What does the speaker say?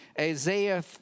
Isaiah